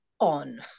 on